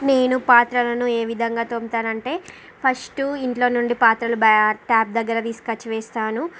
నేను పాత్రలను ఏ విధంగా తోముతాను అంటే ఫస్ట్ ఇంట్లో నుండి పాత్రలు బ ట్యాప్ దగ్గర తీసుకు వచ్చి వేస్తాను